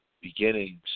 Beginnings